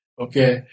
Okay